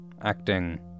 Acting